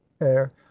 air